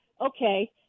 Okay